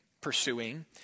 pursuing